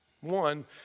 one